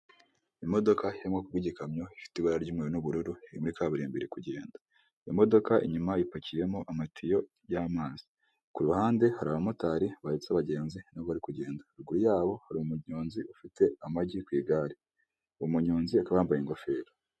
Imodoka yo mu bwoko bw'igikamyo ifite ibara ry'umweru n'ubururu iri muri kaburimbo, iri kugenda, iyo modoka inyuma ipakiyemo amatiyo y'amazi, ku ruhande hari abamotari bahetse abagenzi na bo bari kugenda. Inyuma yabo hari umugenziz ufite amagi ku igare uwo munyonzi akaba yambaye ingofero.